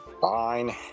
Fine